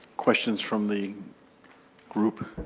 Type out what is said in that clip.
questions from the group.